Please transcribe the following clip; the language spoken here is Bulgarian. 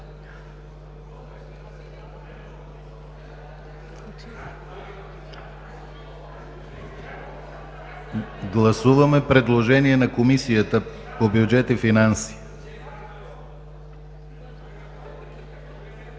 Гласуваме предложение на Комисията по бюджет и финанси.